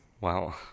Wow